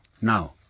Now